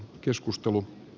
lausunto